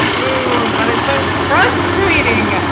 but it's so frustrating,